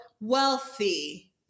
wealthy